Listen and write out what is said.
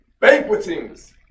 banquetings